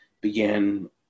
began